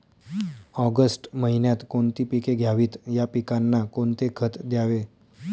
August महिन्यात कोणती पिके घ्यावीत? या पिकांना कोणते खत द्यावे?